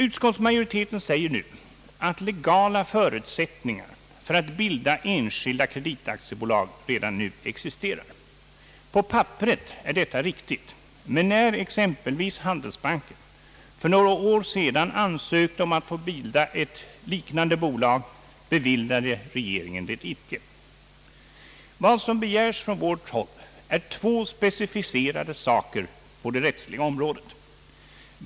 Utskottsmajoriteten säger att legala förutsättningar för att bilda enskilda kreditaktiebolag redan nu existerar. På papperet är detta riktigt, men när exempelvis Handelsbanken för några år sedan ansökte om att få bilda ett dylikt bolag, beviljade regeringen det inte. Vad som begärs från vårt håll är två specificerade saker på det rättsliga området.